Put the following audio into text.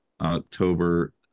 October